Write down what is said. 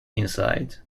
inside